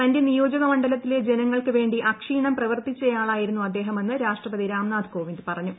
തന്റെ നിയോജകമണ്ഡലത്തിലെ ജനങ്ങൾക്കു വേണ്ടി അക്ഷീണം പ്രവർത്തിച്ചയാളായിരുന്നു അദ്ദേഹമെന്ന് രാഷ്ട്രപതി രാംനാഥ് കോവിന്ദ് പറഞ്ഞു